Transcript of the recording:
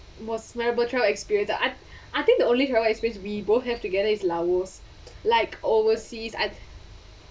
was memorable travel exper~ I I think the only travel experience we both have together is laos like overseas I